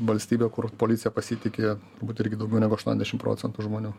valstybė kur policija pasitiki turbūt irgi daugiau negu aštuoniasdešim procentų žmonių